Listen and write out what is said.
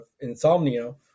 insomnia